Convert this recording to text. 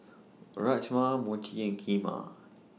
Rajma Mochi and Kheema